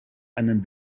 einen